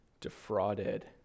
defrauded